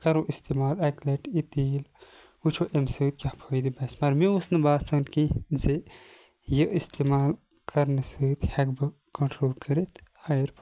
کَرو اِستعمال اکہِ لَٹہِ یِہِ تیٖل وٕچھو امہِ سۭتۍ کیٚاہ فٲیِدٕ باسہِ پَر مےٚ اوس نہٕ باسان کینٛہہ زِ یہِ اِستِمال کَرنہٕ سۭتۍ ہیٚکہٕ بہٕ کَنٹرول کٔرِتھ ہیَر فال